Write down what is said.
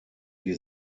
die